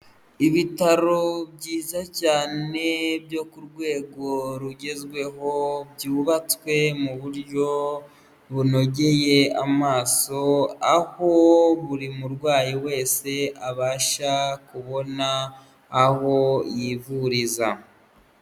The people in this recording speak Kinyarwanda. Ibitaro byiza cyane byo ku rwego rugezweho byubatswe mu buryo bunogeye amaso aho buri murwayi wese abasha kubona aho yivuriza.